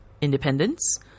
independence